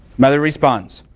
mother responds,